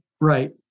Right